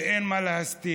אין מה להסתיר.